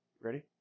Ready